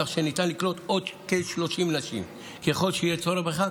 כך שניתן לקלוט עוד כ-30 נשים ככל שיהיה צורך בכך,